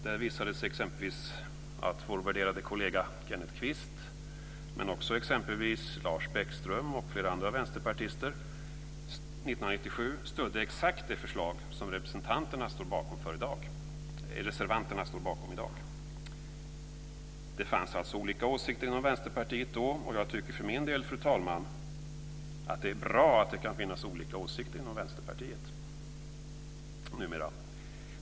Där visar det sig att exempelvis att vår värderade kollega Kenneth Kvist men också exempelvis Lars Bäckström och flera andra vänsterpartister stödde exakt det förslag som reservanterna står bakom i dag. Det fanns alltså olika åsikter inom Vänsterpartiet då. Jag tycker för min del, fru talman, att det är bra att det kan finnas olika åsikter inom Vänsterpartiet numera.